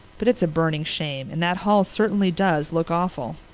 but it's a burning shame and that hall certainly does look awful.